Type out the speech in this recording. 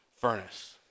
furnace